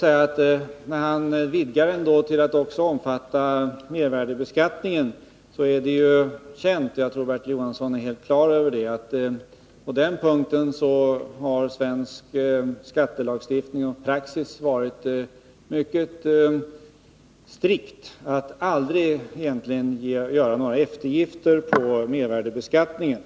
När Bertil Jonasson vidgar det hela till att omfatta mervärdebeskattningen vill jag säga att det ju är känt — och jag tror också att Bertil Jonasson är på det klara med detta — att svensk skattelagstiftning och praxis har varit mycket strikt och egentligen aldrig tillåtit några eftergifter när det gäller mervärdebeskattningen.